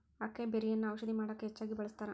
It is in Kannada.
ಅಕೈಬೆರ್ರಿಯನ್ನಾ ಔಷಧ ಮಾಡಕ ಹೆಚ್ಚಾಗಿ ಬಳ್ಸತಾರ